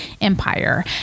Empire